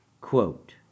Quote